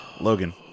Logan